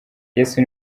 yesu